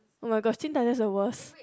oh-my-god Teen Titans is the worst